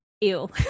Ew